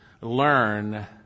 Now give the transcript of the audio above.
Learn